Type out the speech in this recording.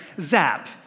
zap